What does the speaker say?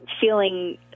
feeling